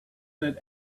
that